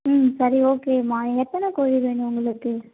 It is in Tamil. ம் சரி ஓகேம்மா எத்தனை கோழி வேணும் உங்களுக்கு